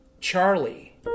Charlie